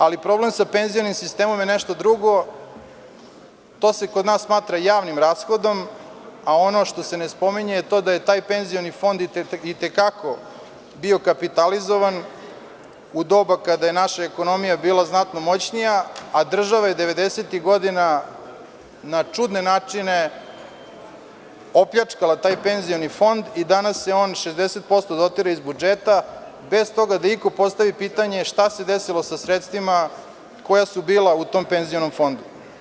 Ali, problem sa penzionim sistemom je nešto drugo, to se kod nas smatra javnim rashodom, a ono što se ne spominje je da je taj penzioni fond i te kako bio kapitalizovan u doba kada je naša ekonomija bila znatno moćnija, a država je devedesetih godina na čudne načine opljačkala taj penzioni fond i danas je on 60% dotira iz budžeta, bez tog da iko postavi pitanje, šta se desilo sa sredstvima koja su bila u tom penzionom fondu.